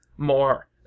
more